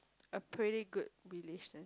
a pretty good relation